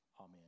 amen